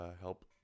help